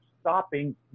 stopping